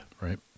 right